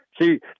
See